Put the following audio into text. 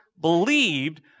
believed